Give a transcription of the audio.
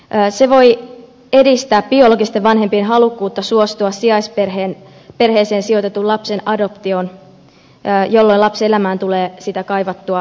se voi edistää biologisten vanhempien halukkuutta suostua sijaisperheeseen sijoitetun lapsen adoptioon jolloin lapsen elämään tulee sitä kaivattua pysyvyyttä